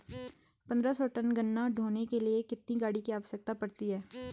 पन्द्रह सौ टन गन्ना ढोने के लिए कितनी गाड़ी की आवश्यकता पड़ती है?